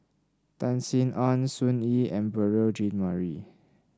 Tan Sin Aun Sun Yee and Beurel Jean Marie